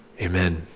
amen